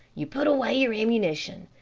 you put away your ammunition,